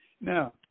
Now